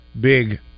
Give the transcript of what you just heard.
big